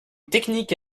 technique